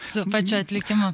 su pačiu atlikimu